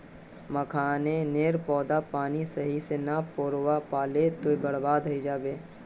मखाने नेर पौधा पानी त सही से ना रोपवा पलो ते बर्बाद होय जाबे